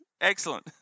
excellent